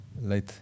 late